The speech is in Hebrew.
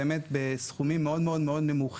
את העלויות למשק